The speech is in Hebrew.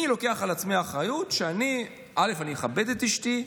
אני לוקח על עצמי אחריות שאני אכבד את אשתי,